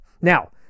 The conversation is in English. Now